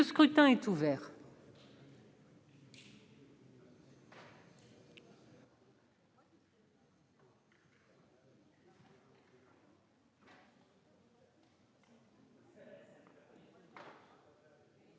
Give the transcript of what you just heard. Le scrutin est ouvert.